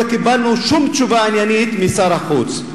לא קיבלנו שום תשובה עניינית משר החוץ.